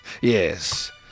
yes